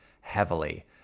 Heavily